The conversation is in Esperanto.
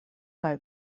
kaj